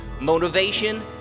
motivation